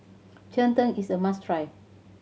cheng tng is a must try